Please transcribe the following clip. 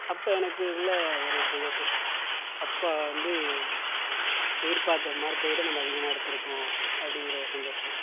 அப்போ எனக்கு உள்ள ஒரு சந்தோஷம் அப்பா வந்து எதிர்பார்த்த மார்க்கை விட நம்ம அதிகமாக எடுத்திருக்கோம் அப்படிங்கிற ஒரு சந்தோஷம்